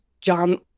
John